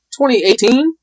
2018